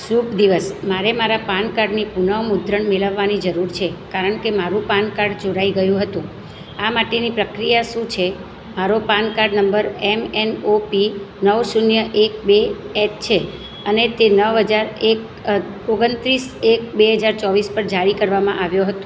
શુભ દિવસ મારે મારા પાન કાર્ડ ની પુન મુદ્રણ મેળવવાની જરૂર છે કારણ કે મારું પાનકાર્ડ ચોરાઈ ગયું હતું આ માટેની પ્રક્રિયા શું છે મારો પાન કાર્ડ નંબર એમએનઓપી નવ શૂન્ય એક બે એચ છે અને તે નવ હજાર એક ઓગણત્રીસ એક બે હજાર ચોવીસ પર જારી કરવામાં આવ્યો હતો